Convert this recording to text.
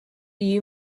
you